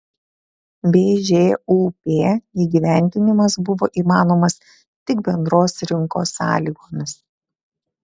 bžūp įgyvendinimas buvo įmanomas tik bendros rinkos sąlygomis